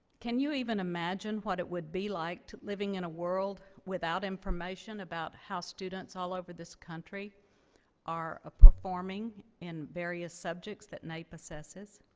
can you even imagine what it would be like living in a world without information about how students all over this country are ah performing in various subjects that naep assesses?